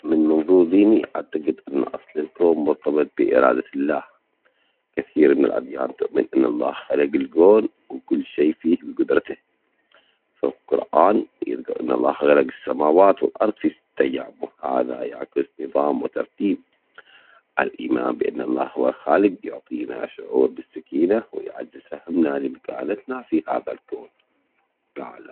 من منظور ديني أعتجد أن أصل الكون مرتبط بإرادة الله، كثير من الأديان تؤمن أن الله خلق الكون وكل شئ فيه بجدرته، فالقرآن يذكر أن الله خلج السماوات والأرض في ستة أيام، وهذا يعكس نظام وترتيب الإيمان بأن الله هو الخالج يعطينا شعور بالسكينة ويعزز فهمنا لمكانتنا في هذا الكون العالم.